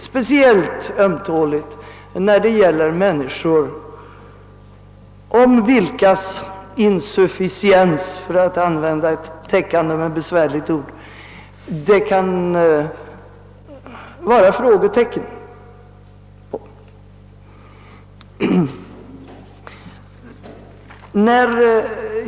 Speciellt ömtåligt är detta då det rör sig om människor vilkas insufficiens kan ifrågasättas, för att nu använda ett täckande men besvärligt ord.